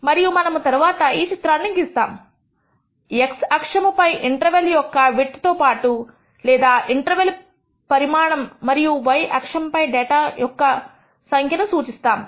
మరియు మనము తరువాత ఈ చిత్రాన్ని ఇస్తాము x అక్షము పై ఇంటర్వల్ యొక్క విడ్త్ తో లేదా ఇంటర్వల్ పరిమాణం మరియు y అక్షము పై డేటా బిందువు యొక్క సంఖ్యను సూచిస్తాము